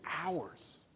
hours